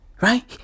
Right